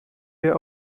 wir